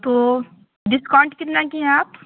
तो डिस्काउंट कितना किए हैं आप